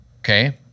Okay